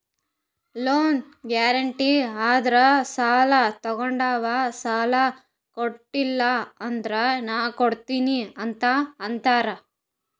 loan guarantee ಅಂದುರ್ ಸಾಲಾ ತೊಗೊಂಡಾವ್ ಸಾಲಾ ಕೊಟಿಲ್ಲ ಅಂದುರ್ ನಾ ಕೊಡ್ತೀನಿ ಅಂತ್ ಅಂತಾರ್